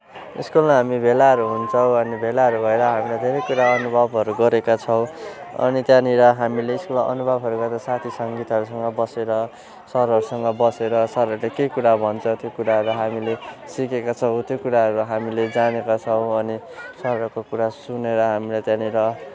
स्कुलमा हामी भेलाहरू हुन्छौँ अनि भेलाहरू भएर हामीले धेरै कुरा अनुभवहरू गरेका छौँ अनि त्यहाँनिर हामीले स्कुलमा अनुभवहरू गर्दा साथी सङ्गीहरूसँग बसेर सरहरूसँग बसेर सरहरूले के कुरा भन्छ त्यो कुराहरू हामीले सिकेका छौँ त्यो कुराहरू हामीले जानेका छौँ अनि सरहरूको कुरा सुनेर हामीले त्यहाँनिर